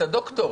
אתה ד"ר,